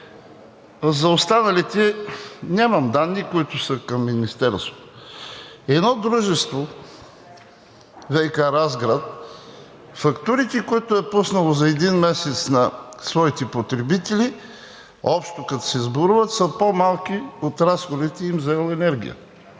За останалите, които са към Министерството, нямам данни. Едно дружество – ВиК – Разград, фактурите, които е пуснало за един месец на своите потребители, общо като се сборуват, са по-малки от разходите им за ел. енергия.